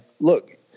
look